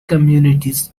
communities